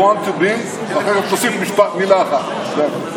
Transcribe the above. תוסיף מילה אחת.